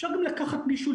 אפשר גם לקחת מישהו,